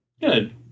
Good